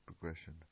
progression